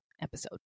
episode